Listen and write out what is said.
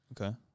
Okay